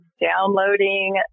downloading